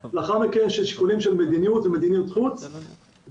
אבל לאחר מכן יש שיקולים של מדיניות ומדיניות חוץ וכמובן